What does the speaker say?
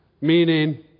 meaning